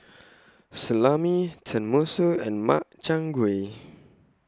Salami Tenmusu and Makchang Gui